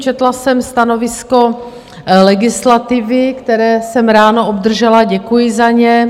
Četla jsem stanovisko legislativy, které jsem ráno obdržela, děkuji za ně.